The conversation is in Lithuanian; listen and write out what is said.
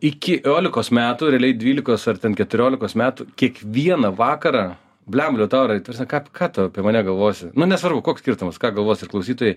iki iolikos metų realiai dvylikos ar ten keturiolikos metų kiekvieną vakarą blemba liutaurai ta prasme ką ką tu apie mane galvosi nu nesvarbu koks skirtumas ką galvos ir klausytojai